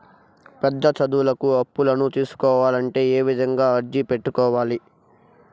పెద్ద చదువులకు అప్పులను తీసుకోవాలంటే ఏ విధంగా అర్జీ పెట్టుకోవాలి?